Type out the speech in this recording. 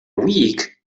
week